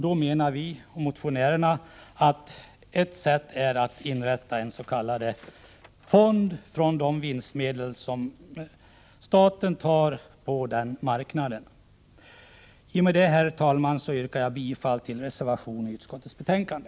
Då menar vi och motionärerna att ett sätt är att inrätta en fond baserad på de vinstmedel som staten tar in på spelmarknaden. Med detta, herr talman, yrkar jag bifall till reservationen vid utskottets betänkande.